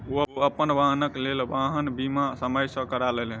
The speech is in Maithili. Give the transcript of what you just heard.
ओ अपन वाहनक लेल वाहन बीमा समय सॅ करा लेलैन